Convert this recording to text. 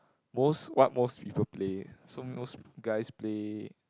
most what most people play so most guys play